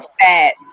fat